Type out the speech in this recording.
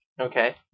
okay